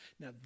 Now